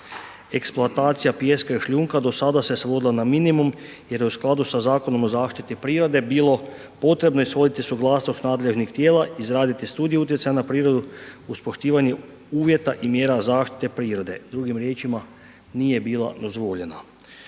Eksploatacija pijeska i šljunka do sada se svodila na minimum jer je u skladu sa zakonom o zaštiti prirode bilo potrebno ishoditi suglasnost nadležnih tijela, izraditi studiju utjecaja na prirodu uz poštivanje uvjeta i mjera zaštite prirode, drugim riječima, nije bila dozvoljena.